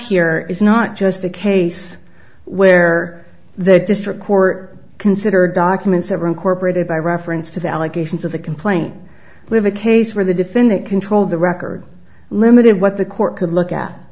here is not just a case where the district court considered documents ever incorporated by reference to the allegations of the complaint we have a case where the defendant controlled the record limited what the court could look at